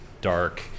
dark